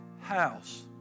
house